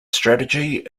strategy